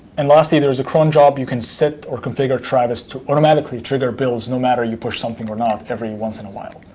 and lastly, there is a clone job. you can set or configure travis to automatically trigger builds, no matter you push something or not, every once in a while.